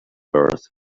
earth